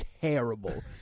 terrible